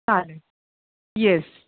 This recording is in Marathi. चालेल येस